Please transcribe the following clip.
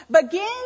Begin